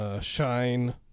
Shine